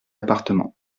appartements